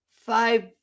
five